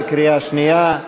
בקריאה שנייה.